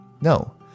No